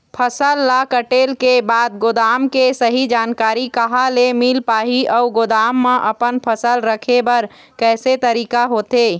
फसल ला कटेल के बाद गोदाम के सही जानकारी कहा ले मील पाही अउ गोदाम मा अपन फसल रखे बर कैसे तरीका होथे?